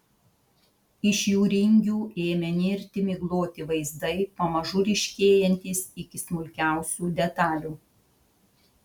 iš jų ringių ėmė nirti migloti vaizdai pamažu ryškėjantys iki smulkiausių detalių